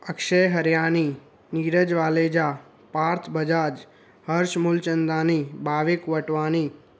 Akshay Hariyani Neeraj Valeja Parth Bajaj Harsh Mulchandani Bhavik Vatwani